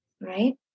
right